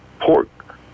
pork